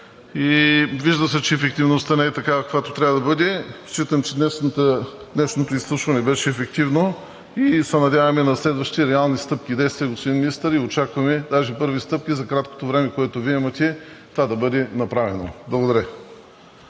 Вижда се, че ефективността не е такава, каквато трябва да бъде. Считам, че днешното изслушване беше ефективно и се надяваме на следващи реални стъпки и действия, господин Министър, и очакваме даже първи стъпки за краткото време, което Вие имате, това да бъде направено. Благодаря